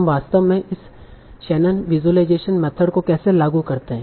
हम वास्तव में इस शैनन विज़ुअलाइज़ेशन मेथड को कैसे लागू करते हैं